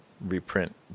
reprint